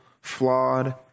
flawed